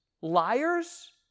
liars